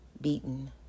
beaten